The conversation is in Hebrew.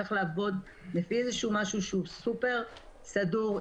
צריך לעבוד לפי משהו שהוא סופר סדור,